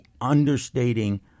understating